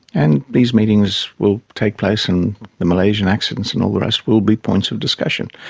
and these meetings will take place and the malaysian accidents and all the rest will be points of discussion.